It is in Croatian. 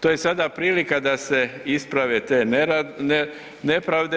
To je sada prilika da se isprave te nepravde.